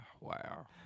Wow